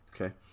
okay